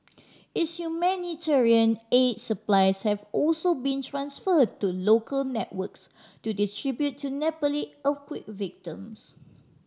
its humanitarian aid supplies have also been transferred to local networks to distribute to Nepali earthquake victims